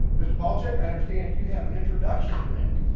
mr. palcic, i understand you have an introduction to make.